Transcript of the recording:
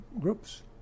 groups